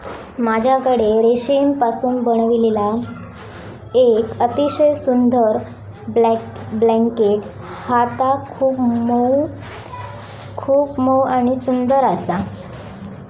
माझ्याकडे रेशीमपासून बनविलेला येक अतिशय सुंदर ब्लँकेट हा ता खूप मऊ आणि सुंदर आसा